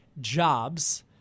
jobs